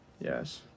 yes